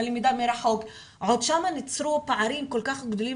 ללמידה מרחוק ושם נוצרו פערים כל כך גדולים